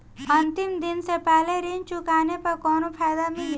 अंतिम दिन से पहले ऋण चुकाने पर कौनो फायदा मिली?